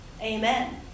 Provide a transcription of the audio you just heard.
amen